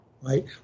right